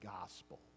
gospel